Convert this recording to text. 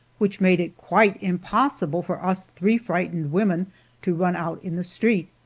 which made it quite impossible for us three frightened women to run out in the street.